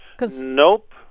Nope